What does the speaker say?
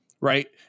right